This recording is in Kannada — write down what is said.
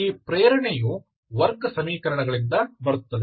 ಈ ಪ್ರೇರಣೆಯು ವರ್ಗ ಸಮೀಕರಣಗಳಿಂದ ಬರುತ್ತದೆ